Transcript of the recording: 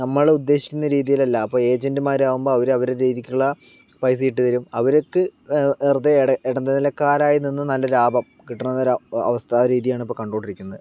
നമ്മൾ ഉദ്ദേശിക്കുന്ന രീതിയിലല്ല ഇപ്പൊൾ ഏജന്റ്മാര് ആകുമ്പോൾ അവര് അവരുടെ രീതിക്കുള്ള പൈസ ഇട്ടു തരും അവർക്ക് വെറുതെ ഇടനിലക്കാരായി നിന്ന് നല്ല ലാഭം കിട്ടുന്ന ഒരു അവസ്ഥ ആ രീതിയാണ് ഇപ്പോൾ കണ്ടുകൊണ്ടിരിക്കുന്നത്